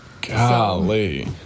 Golly